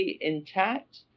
intact